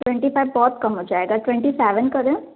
twenty five बहुत कम हो जाएगा ट्वेंटी सेवन करें